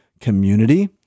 community